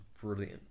brilliant